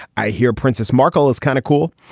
i hear princess marcal is kind of cool.